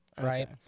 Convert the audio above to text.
right